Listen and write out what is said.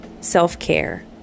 self-care